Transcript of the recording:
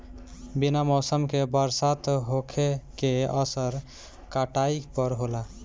बिना मौसम के बरसात होखे के असर काटई पर होला